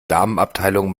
damenabteilung